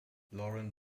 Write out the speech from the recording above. lauren